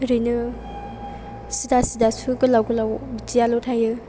ओरैनो सिदा सिदा सु गोलाव गोलाव बिदियाल' थायो